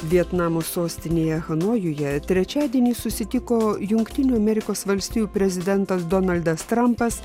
vietnamo sostinėje hanojuje trečiadienį susitiko jungtinių amerikos valstijų prezidentas donaldas trampas